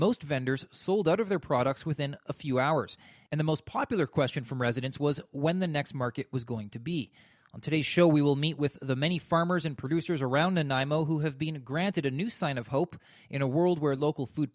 most vendors sold out of their products within a few hours and the most popular question from residents was when the next market was going to be on today's show we will meet with the many farmers and producers around and imo who have been granted a new sign of hope in a world where local food